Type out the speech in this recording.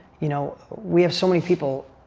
you know, we have so many people